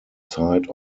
side